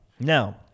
Now